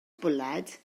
bwled